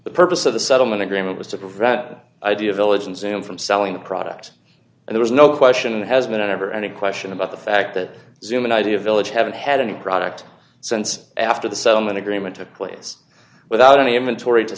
the purpose of the settlement agreement was to prevent that idea village and zoom from selling the product and there is no question has been ever any question about the fact that zoom an idea village haven't had any product since after the settlement agreement took place without any inventory to